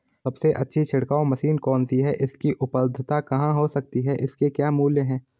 सबसे अच्छी छिड़काव मशीन कौन सी है इसकी उपलधता कहाँ हो सकती है इसके क्या मूल्य हैं?